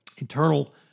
internal